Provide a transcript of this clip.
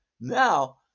Now